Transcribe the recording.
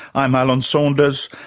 i'm alan saunders,